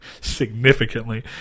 Significantly